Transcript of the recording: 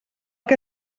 que